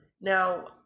now